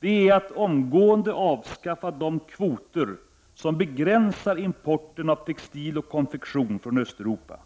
Det är att omgående avskaffa de kvoter som begränsar importen av textil och konfektion från Östeuropa.